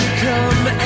come